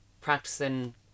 practicing